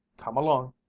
come along.